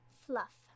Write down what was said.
Fluff